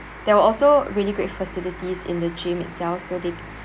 there were also really great facilities in the gym itself so they